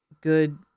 good